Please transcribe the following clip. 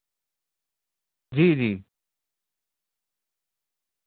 جی جی